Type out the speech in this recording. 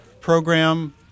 program